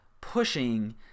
pushing